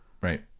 right